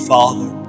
Father